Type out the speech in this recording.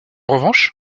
revanche